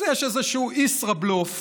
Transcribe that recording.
אז יש איזשהו ישראבלוף